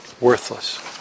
worthless